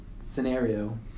scenario